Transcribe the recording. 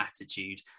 attitude